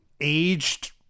aged